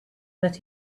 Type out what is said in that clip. that